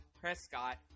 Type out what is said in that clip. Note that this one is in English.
Prescott